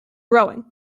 rowing